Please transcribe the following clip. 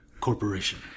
Corporation